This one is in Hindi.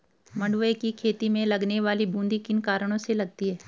मंडुवे की खेती में लगने वाली बूंदी किन कारणों से लगती है?